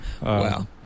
Wow